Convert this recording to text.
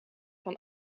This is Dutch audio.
van